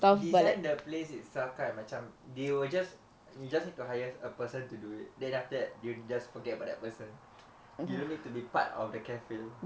design the place itself kan macam they will just you just need to hire a person to do it then after that you just forget about that person you don't need to be part of the cafe